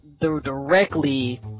directly